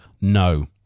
No